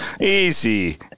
easy